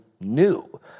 new